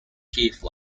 cave